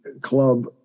club